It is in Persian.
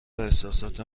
احساسات